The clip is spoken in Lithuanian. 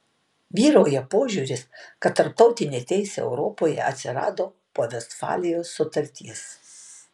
vyrauja požiūris kad tarptautinė teisė europoje atsirado po vestfalijos sutarties